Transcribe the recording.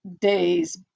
days